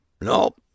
Nope